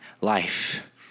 life